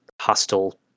hostile